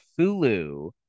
Fulu